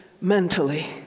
mentally